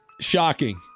Shocking